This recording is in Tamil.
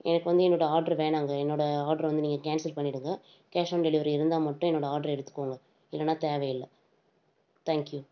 எனக்கு வந்து என்னோடய ஆர்டர் வேணாங்க என்னோடய ஆர்டர் வந்து நீங்கள் கேன்சல் பண்ணிடுங்க கேஸ் ஆன் டெலிவரி இருந்தால் மட்டும் என்னோடய ஆர்டர் எடுத்துக்கோங்க இல்லைனா தேவையில்லை தேங்க்யூ